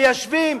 ממיישבים,